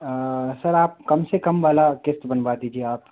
sir आप कमसे कम वाला क़िस्त बनवा दीजिए आप